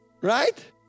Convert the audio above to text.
right